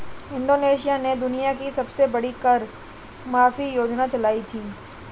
Indonesia ने दुनिया की सबसे बड़ी कर माफी योजना चलाई थी